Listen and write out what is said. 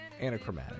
Anachromatic